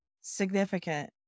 significant